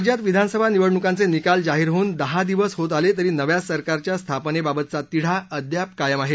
राज्यात विधानसभा निवडणुकांचे निकाल जाहीर होऊन दहा दिवस होत आले तरी नव्या सरकारच्या स्थापनेबाबतचा तिढा अद्याप कायम आहे